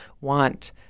want